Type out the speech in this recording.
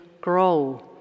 grow